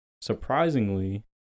Surprisingly